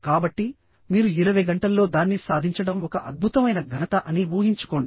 కాబట్టి మీరు 20 గంటల్లో దాన్ని సాధించడం ఒక అద్భుతమైన ఘనత అని ఊహించుకోండి